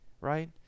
right